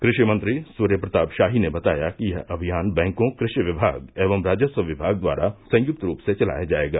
कृषि मंत्री सूर्य प्रताप शाही ने बताया कि यह अभियान बैंको कृषि विभाग एवं राजस्व विभाग द्वारा संयुक्त रूप से चलाया जायेगा